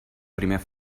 primer